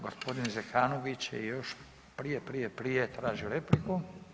Gospodin Zekanović je još prije, prije, prije tražio repliku.